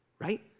right